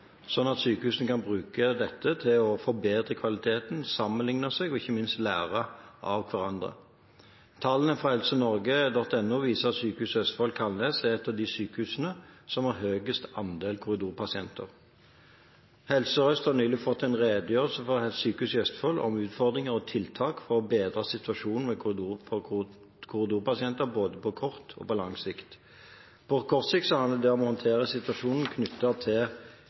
at sykehusene kan bruke dette til å forbedre kvaliteten, sammenlikne seg med og ikke minst lære av hverandre. Tallene fra helsenorge.no viser at Sykehuset Østfold Kalnes er et av de sykehusene som har høyest andel korridorpasienter. Helse Sør-Øst har nylig fått en redegjørelse fra Sykehuset Østfold om utfordringer og tiltak for å bedre situasjonen for korridorpasienter både på kort og på lang sikt. På kort sikt handler det om å håndtere situasjonen knyttet til